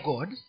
God